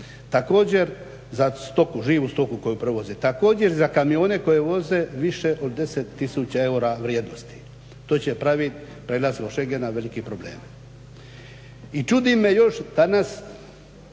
za stoku, živu stoku koju prevozi. Također, za kamione koji voze više od 10 tisuća eura vrijednosti to će praviti … velike probleme. I čudi me još danas